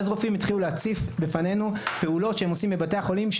ואז רופאים התחילו להציף בפנינו פעולות שהם עושים בבתי החולים,